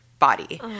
Body